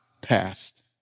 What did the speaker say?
past